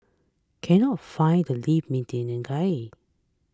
cannot find the lift maintenance guy